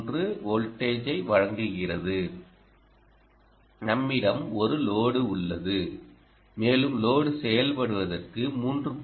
3 வோல்ட்ஐ வழங்குகிறதுநம்மிடம் ஒரு லோடு உள்ளது மேலும் லோடு செயல்படுவதற்கு 3